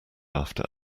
after